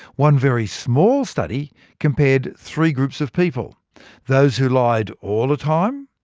one very small study compared three groups of people those who lied all the time,